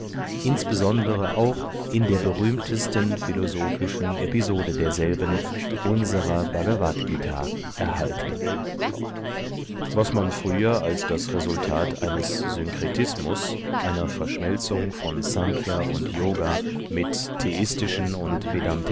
insbesondere auch in der berühmtesten philosophischen episode desselben unsrer bhagavadgt erhalten was man früher als das resultat eines synkretismus einer verschmelzung von snkhya und yoga mit theistischen und